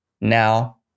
Now